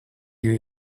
you